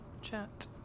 Chat